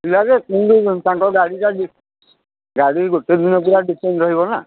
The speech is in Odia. ଥିଲା ଯେ ଶୁଣିଲି ତାଙ୍କ ଗାଡ଼ିଟା ଡି ଗାଡ଼ି ଗୋଟେଦିନ ପୂରା ବୁକିଂ ରହିବନା